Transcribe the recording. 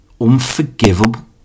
unforgivable